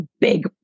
big